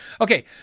Okay